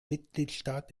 mitgliedstaat